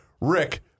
Rick